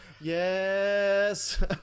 Yes